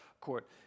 court